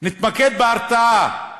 נתמקד בהרתעה,